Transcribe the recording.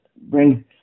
bring